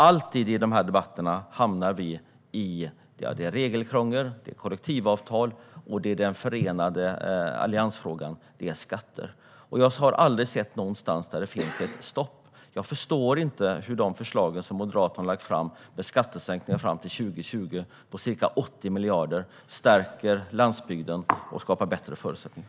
Alltid i de här debatterna hamnar vi i regelkrångel, kollektivavtal och i den fråga som förenar Alliansen, nämligen skatter. Jag har aldrig sett någonstans där det finns ett stopp. Jag förstår inte hur de förslag om skattesänkningar till 2020 på ca 80 miljarder som Moderaterna har lagt fram stärker landsbygden och skapar bättre förutsättningar.